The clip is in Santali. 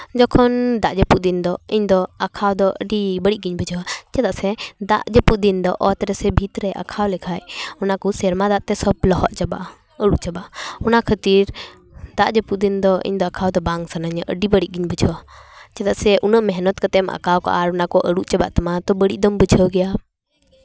ᱡᱚᱠᱷᱚᱱ ᱫᱟᱜ ᱡᱟᱹᱯᱩᱫ ᱫᱤᱱ ᱫᱚ ᱤᱧ ᱫᱚ ᱟᱸᱠᱟᱣ ᱫᱚ ᱟᱹᱰᱤ ᱵᱟᱹᱲᱤᱡ ᱜᱮᱧ ᱵᱩᱡᱷᱟᱣᱟ ᱪᱮᱫᱟᱜ ᱥᱮ ᱫᱟᱜ ᱡᱟᱹᱯᱩᱫ ᱫᱤᱱ ᱫᱚ ᱚᱛ ᱨᱮᱥᱮ ᱵᱷᱤᱛ ᱨᱮ ᱟᱸᱠᱟᱣ ᱞᱮᱠᱷᱟᱡ ᱚᱱᱟ ᱠᱚ ᱥᱮᱨᱢᱟ ᱫᱟᱜ ᱛᱮ ᱞᱚᱦᱚᱫ ᱪᱟᱵᱟᱜᱼᱟ ᱟᱹᱨᱩᱵ ᱪᱟᱵᱟᱜᱼᱟ ᱚᱱᱟ ᱠᱷᱟᱹᱛᱤᱨ ᱫᱟᱜ ᱡᱟᱹᱯᱩᱫ ᱫᱤᱱ ᱫᱚ ᱤᱧ ᱫᱚ ᱟᱸᱠᱟᱣ ᱫᱚ ᱵᱟᱝ ᱥᱟᱱᱟᱧᱟ ᱟᱹᱰᱤ ᱵᱟᱹᱲᱤᱡ ᱜᱮᱧ ᱵᱩᱡᱷᱟᱹᱣᱟ ᱪᱮᱫᱟᱜ ᱥᱮ ᱩᱱᱟᱹᱜ ᱢᱮᱜᱱᱚᱛ ᱠᱟᱛᱮᱢ ᱟᱸᱠᱟᱣ ᱠᱟᱜᱼᱟ ᱟᱨ ᱚᱱᱟ ᱠᱚ ᱟᱹᱨᱩᱵ ᱪᱟᱵᱟᱜ ᱛᱟᱢᱟ ᱛᱚ ᱵᱟᱹᱲᱤᱡ ᱫᱚᱢ ᱵᱩᱡᱷᱟᱹᱣ ᱜᱮᱭᱟ